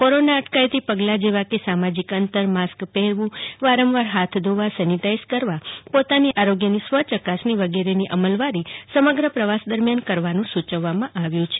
corona અટકાયતી પગલા જેવા કે સામાજિક અંતર માસ્ક પહેરવું વારંવાર હાથ ધોવા કે સેનીટાઈઝ કરવા પોતાની આરોગ્યઅની સ્વરચકાસણી વગેરેની અમલવારી સમગ્ર પ્રવાસ દરમિયાન કરવાનું સુચવેલ છે